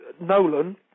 Nolan